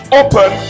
open